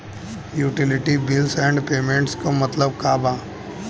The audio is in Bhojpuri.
यूटिलिटी बिल्स एण्ड पेमेंटस क मतलब का बा?